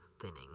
thinning